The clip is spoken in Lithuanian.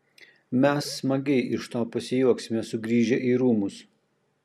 mes smagiai iš to pasijuoksime sugrįžę į rūmus